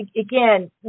Again